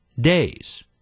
days